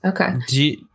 Okay